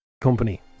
Company